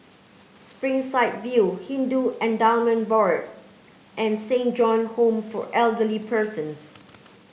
Springside View Hindu Endowment Board and Saint John Home for Elderly Persons